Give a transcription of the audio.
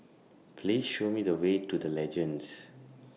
Please Show Me The Way to The Legends